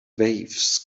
waves